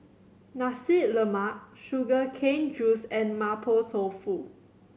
Nasi Lemak sugar cane juice and Mapo Tofu